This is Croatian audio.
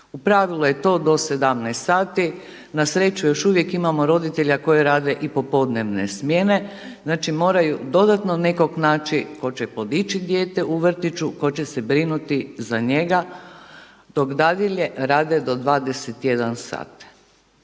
U pravilu je to do 17,00 sati. Na sreću još uvijek imamo roditelja koji rade i popodnevne smjene. Znači moraju dodatno nekog naći tko će podići dijete u vrtiću, tko će se brinuti za njega, dok dadilje rade do 21,00 sat.